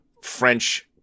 French